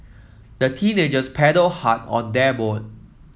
the teenagers paddled hard on their boat